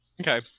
okay